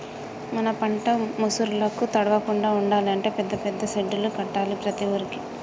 మన పంట ముసురులకు తడవకుండా ఉండాలి అంటే పెద్ద పెద్ద సెడ్డులు కట్టాలి ప్రతి ఊరుకి